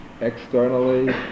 externally